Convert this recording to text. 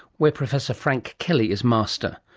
where professor frank kelly is master.